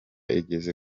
igeze